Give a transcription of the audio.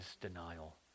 denial